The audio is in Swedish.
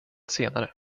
senare